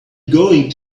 going